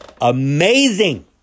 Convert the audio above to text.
Amazing